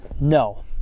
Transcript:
No